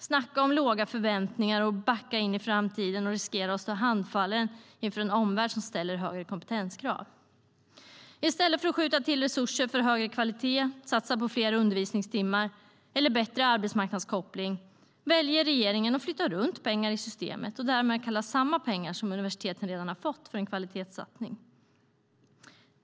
Snacka om låga förväntningar och om att backa in i framtiden och riskera att stå handfallen inför en omvärld som ställer allt högre kompetenskrav! I stället för att skjuta till resurser för högre kvalitet och satsa på fler undervisningstimmar eller bättre arbetsmarknadskoppling väljer regeringen att flytta runt pengar i systemet och därmed kalla samma pengar som universiteten redan har fått för en kvalitetssatsning.